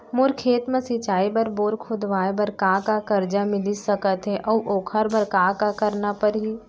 मोर खेत म सिंचाई बर बोर खोदवाये बर का का करजा मिलिस सकत हे अऊ ओखर बर का का करना परही?